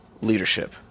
Leadership